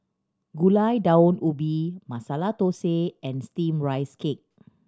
Gulai Daun Ubi Masala Thosai and Steamed Rice Cake